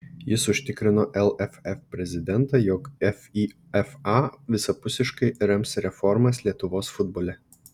jis užtikrino lff prezidentą jog fifa visapusiškai rems reformas lietuvos futbole